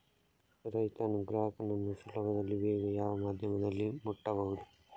ರೈತನು ಗ್ರಾಹಕನನ್ನು ಸುಲಭದಲ್ಲಿ ಬೇಗ ಯಾವ ಮಾಧ್ಯಮದಲ್ಲಿ ಮುಟ್ಟಬಹುದು?